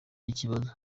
ikibazo